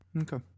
Okay